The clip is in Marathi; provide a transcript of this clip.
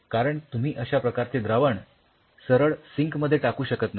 कारण तुम्ही अश्या प्रकारचे द्रावण सरळ सिंक मध्ये टाकू शकत नाही